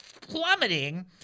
plummeting